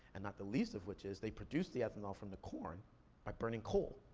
and not the least of which is they produce the ethanol from the corn by burning coal,